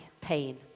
pain